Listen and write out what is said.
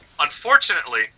Unfortunately